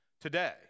today